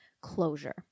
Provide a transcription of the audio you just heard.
closure